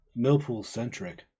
Millpool-centric